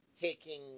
taking